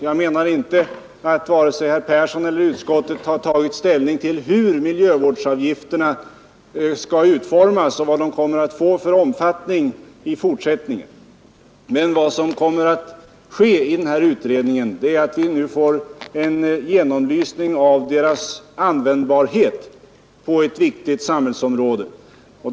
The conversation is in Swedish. Jag menar inte att vare sig herr Persson eller utskottet har tagit ställning till hur miljövårdsavgifterna skall utformas och till vilken omfattning de skall få i fortsättningen. Vad som kommer att ske i den här utredningen är att vi nu får en genomlysning av deras användbarhet på ett viktigt samhällsområde.